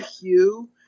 Hugh